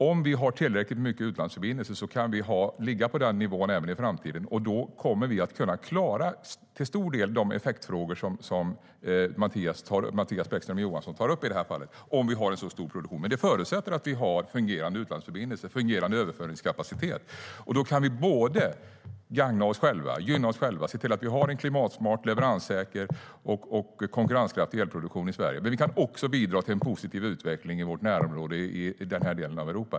Om vi har tillräckligt många utlandsförbindelser kan vi ligga på den nivån även i framtiden. Då kommer vi till stor del att kunna klara de effektfrågor som Mattias Bäckström Johansson tar upp i detta fall, om vi har en så stor produktion. Men det förutsätter att vi har fungerande utlandsförbindelser och fungerande överföringskapacitet. Då kan vi gynna oss själva och se till att vi har en klimatsmart, leveranssäker och konkurrenskraftig elproduktion i Sverige. Men vi kan också bidra till en positiv utveckling i vårt närområde i denna del av Europa.